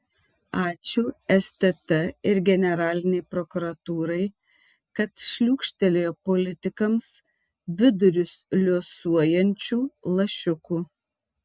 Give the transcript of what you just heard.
ačiū stt ir generalinei prokuratūrai kad šliūkštelėjo politikams vidurius liuosuojančių lašiukų